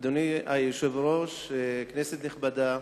אדוני היושב-ראש, כנסת נכבדה,